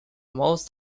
most